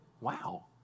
Wow